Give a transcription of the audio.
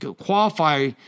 qualify